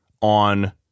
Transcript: on